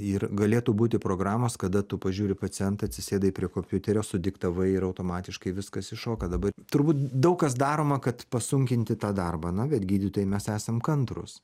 ir galėtų būti programos kada tu pažiūri pacientą atsisėdai prie kompiuterio sudiktavai ir automatiškai viskas iššoka dabar turbūt daug kas daroma kad pasunkinti tą darbą na bet gydytojai mes esam kantrūs